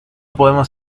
podemos